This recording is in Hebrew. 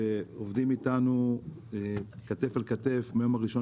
שעובדים איתנו כתף אל כתף מהיום הראשון